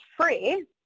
free